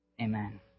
Amen